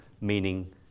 meaning